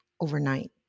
overnight